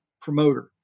promoter